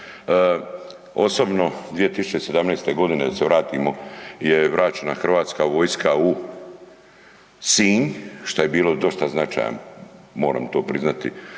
Osobno 2017. godine da se vratimo je vraćena Hrvatska vojska u Sinj što je bilo dosta značajno moram to priznati,